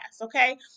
Okay